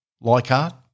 Leichhardt